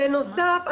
בנוסף,